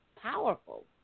powerful